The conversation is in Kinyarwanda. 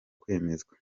kwemezwa